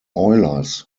oilers